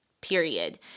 period